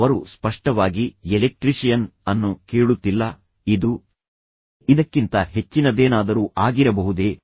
ಅವರು ಸ್ಪಷ್ಟವಾಗಿ ಎಲೆಕ್ಟ್ರಿಷಿಯನ್ ಅನ್ನು ಕೇಳುತ್ತಿಲ್ಲ ಇದು ಇದಕ್ಕಿಂತ ಹೆಚ್ಚಿನದೇನಾದರೂ ಆಗಿರಬಹುದೇ